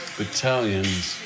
battalions